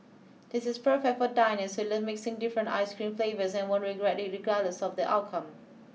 this is perfect for diners who love mixing different ice cream flavours and won't regret it regardless of the outcome